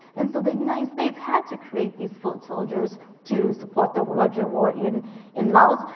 and so the united states had to create these foot soldiers to support the larger war in in laos.